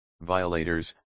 violators